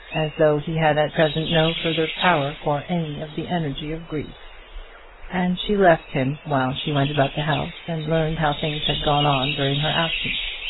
as though he had at present no further power for any of the energy of grief and she left him while she went about the house and learned how things had gone on during her absence.